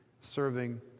serving